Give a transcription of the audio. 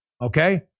Okay